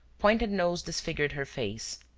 pointed nose disfigured her face,